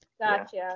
Gotcha